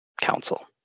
council